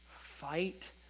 fight